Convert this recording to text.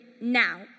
now